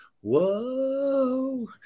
Whoa